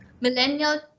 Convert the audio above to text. Millennial